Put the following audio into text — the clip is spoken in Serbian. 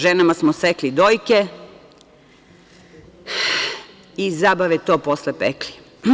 Ženama smo sekli dojke i iz zabave to posle pekli.